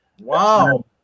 Wow